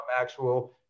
actual